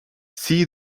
see